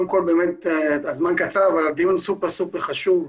קודם כל באמת הזמן קצר אבל הדיון סופר-סופר חשוב,